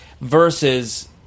versus